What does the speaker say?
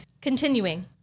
Continuing